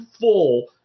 full